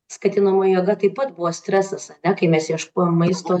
skatinamoji jėga taip pat buvo stresas ane kai mes ieškojom maisto